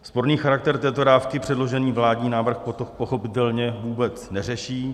Sporný charakter této dávky předložený vládní návrh pochopitelně vůbec neřeší.